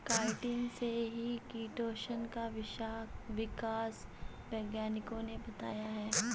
chitin से ही chitosan का विकास वैज्ञानिकों ने बताया है